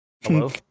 Hello